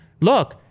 look